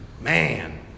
Man